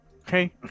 okay